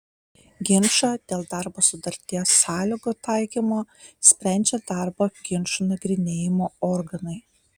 ginčą dėl darbo sutarties sąlygų taikymo sprendžia darbo ginčų nagrinėjimo organai